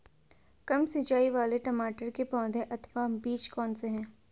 कम सिंचाई वाले टमाटर की पौध अथवा बीज कौन से हैं?